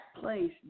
place